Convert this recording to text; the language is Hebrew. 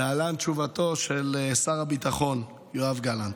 להלן תשובתו של שר הביטחון יואב גלנט: